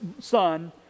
son